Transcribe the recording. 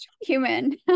human